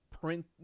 print